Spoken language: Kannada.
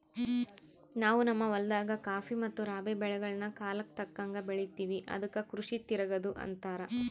ನಾವು ನಮ್ಮ ಹೊಲದಾಗ ಖಾಫಿ ಮತ್ತೆ ರಾಬಿ ಬೆಳೆಗಳ್ನ ಕಾಲಕ್ಕತಕ್ಕಂಗ ಬೆಳಿತಿವಿ ಅದಕ್ಕ ಕೃಷಿ ತಿರಗದು ಅಂತಾರ